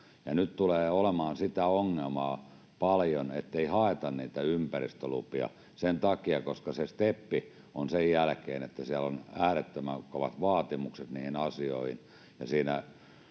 nyt tulee olemaan sitä ongelmaa paljon, ettei haeta niitä ympäristölupia sen takia, koska se steppi sen jälkeen on, että siellä on äärettömän kovat vaatimukset niihin asioihin